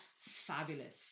Fabulous